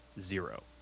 zero